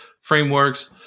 frameworks